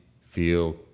feel